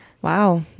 Wow